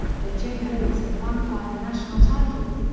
the jayhawks have won five national titles,